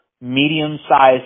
medium-sized